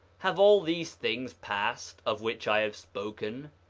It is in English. have all these things passed, of which i have spoken?